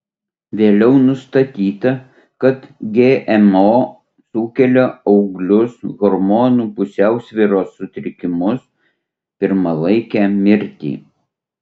vėliau nustatyta kad gmo sukelia auglius hormonų pusiausvyros sutrikimus pirmalaikę mirtį